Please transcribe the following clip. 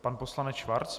Pan poslanec Schwarz.